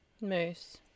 Moose